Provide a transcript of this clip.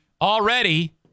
Already